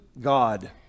God